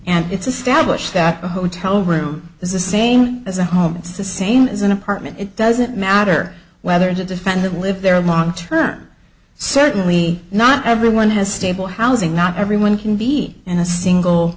and it's established that a hotel room is the same as a homicide same as an apartment it doesn't matter whether to defend the live there long term certainly not everyone has stable housing not everyone can be in a single